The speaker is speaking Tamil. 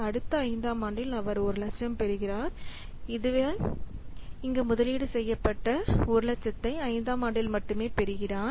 அடுத்த 5 ஆம் ஆண்டில் அவர் 100000 பெறுகிறார் அதாவது இங்கு முதலீடு செய்யப்பட்ட 100000 ஐ 5 ஆம் ஆண்டில் மட்டுமே பெறுகிறார்கள்